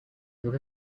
group